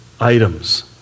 items